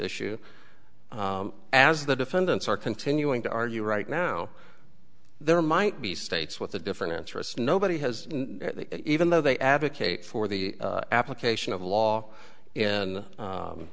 issue as the defendants are continuing to argue right now there might be states with a different answer it's nobody has even though they advocate for the application of law in